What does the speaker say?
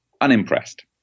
unimpressed